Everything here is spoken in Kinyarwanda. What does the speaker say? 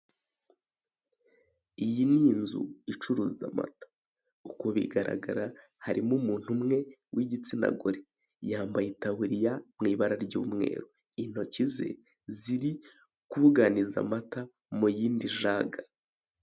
Iyi ni inzu icuruza amata, uko bigaragara harimo umuntu umwe w'igitsina gore, yambaye itaburiya mu ibara ry'umweru, intoki ze ziri kubuganiza amata mu yindi jaga.